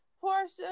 Portia